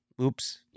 Oops